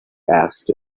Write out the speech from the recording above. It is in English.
asked